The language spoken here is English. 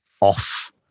off